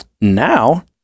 now